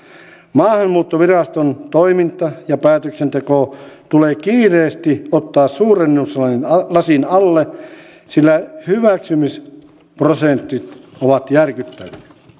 maahanmuuttoviraston toiminta ja päätöksenteko tulee kiireesti ottaa suurennuslasin alle sillä hyväksymisprosentit ovat järkyttäviä